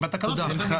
נראה.